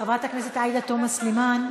חברת הכנסת עאידה תומא סלימאן,